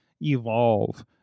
evolve